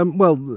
um well,